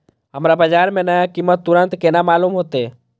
हमरा बाजार के नया कीमत तुरंत केना मालूम होते?